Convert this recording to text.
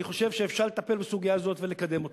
אני חושב שאפשר לטפל בסוגיה הזאת ולקדם אותה,